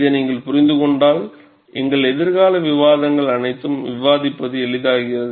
இதை நீங்கள் புரிந்து கொண்டால் எங்கள் எதிர்கால விவாதங்கள் அனைத்தும் விவாதிப்பது எளிதாகிறது